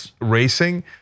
racing